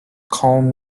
calm